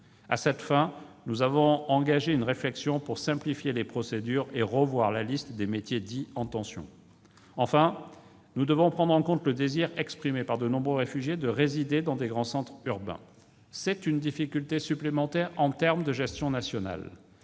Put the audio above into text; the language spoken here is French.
À cette fin, nous avons engagé une réflexion pour simplifier les procédures et revoir la liste des métiers dits « en tension ». Enfin, nous devons prendre en compte le désir exprimé par de nombreux réfugiés de résider dans les grands centres urbains. C'est une difficulté de gestion supplémentaire.